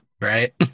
right